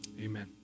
amen